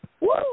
Woo